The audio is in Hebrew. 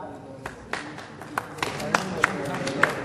(מחיאות כפיים)